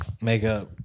makeup